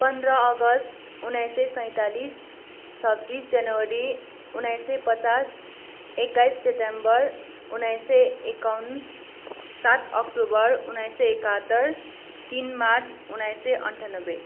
पन्ध्र अगस्ट उन्नाइस सय सैँतालिस छब्बिस जनवरी उन्नाइस सय पचास एक्काइस सेटेम्बर उन्नाइस सय एकाउन सात अक्टोबर उनाइस सय एकहत्तर तिन मार्च उनाइस सय अन्ठानब्बे